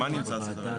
מה נמצא על סדר היום?